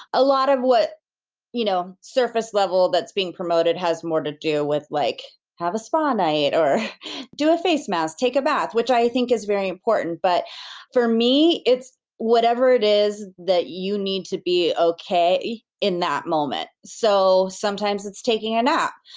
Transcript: a lot of what you know surface level that's being promoted has more to do with like have a spa night or do a face mask, take a bath, which i think is very important, but for me it's whatever it is that you need to be okay in that moment. so sometimes, it's taking a nap.